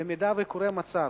במידה שקורה מצב